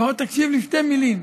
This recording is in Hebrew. לפחות תקשיב לשתי מילים.